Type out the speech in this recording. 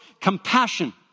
compassion